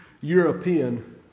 European